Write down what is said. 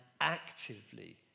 actively